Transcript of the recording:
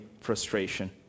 frustration